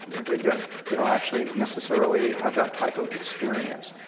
they don't they don't actually necessarily have that type of experience.